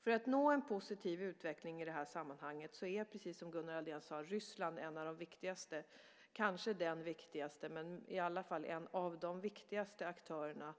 För att nå en positiv utveckling i det här sammanhanget är, precis som Gunnar Andrén sade, Ryssland en av de viktigaste aktörerna och nyckelspelarna i sammanhanget - ja, kanske den viktigaste aktören.